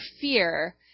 fear